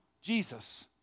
Jesus